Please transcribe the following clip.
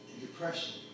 depression